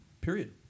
period